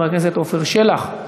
חבר הכנסת עפר שלח,